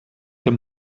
them